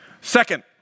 Second